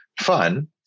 fun